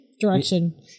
direction